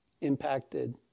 impacted